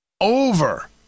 Over